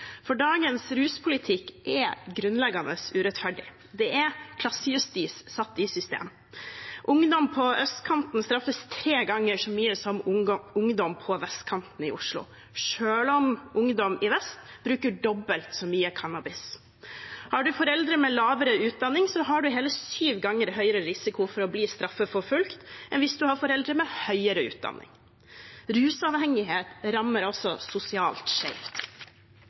Dagens ruspolitikk er grunnleggende urettferdig. Det er klassejustis satt i system. Ungdom på østkanten straffes tre ganger så ofte som ungdom på vestkanten i Oslo, selv om ungdom i vest bruker dobbelt så mye cannabis. Har en foreldre med lavere utdanning, har en hele sju ganger høyere risiko for å bli straffeforfulgt enn hvis en har foreldre med høyere utdanning. Rusavhengighet rammer altså sosialt skjevt.